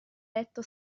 letto